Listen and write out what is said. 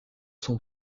son